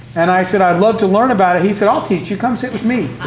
and i said, i'd love to learn about it. he said, i'll teach you. come sit with me.